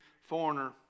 foreigner